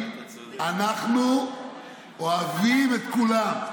אנחנו אוהבים את כולם,